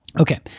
Okay